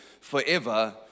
forever